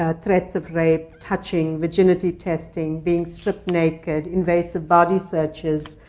ah threats of rape, touching, virginity testing, being stripped naked, invasive body searches,